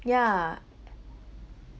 yeah